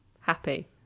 happy